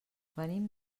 venim